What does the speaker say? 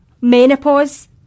Menopause